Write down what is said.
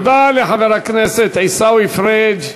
תודה לחבר הכנסת עיסאווי פריג'.